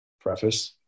preface